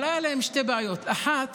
אבל היו להן שתי בעיות: אחת